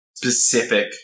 Specific